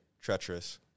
Treacherous